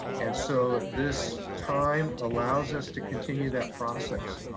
and so this time allows us to continue that process.